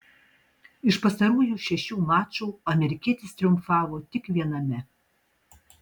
iš pastarųjų šešių mačų amerikietis triumfavo tik viename